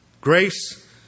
Grace